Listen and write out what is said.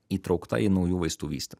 įtraukta į naujų vaistų vystymą